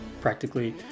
practically